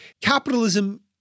Capitalism